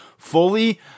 Fully